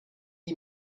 die